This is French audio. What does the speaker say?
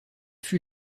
fut